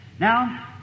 Now